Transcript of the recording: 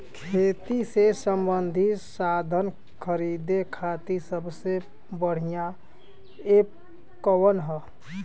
खेती से सबंधित साधन खरीदे खाती सबसे बढ़ियां एप कवन ह?